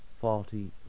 faulty